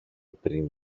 πριν